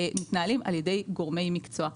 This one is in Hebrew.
מתנהלים על ידי גורמי מקצוע,